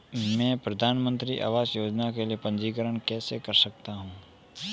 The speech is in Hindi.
मैं प्रधानमंत्री आवास योजना के लिए पंजीकरण कैसे कर सकता हूं?